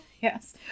Yes